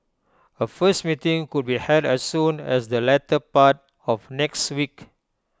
A first meeting could be held as soon as the latter part of next week